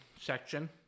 section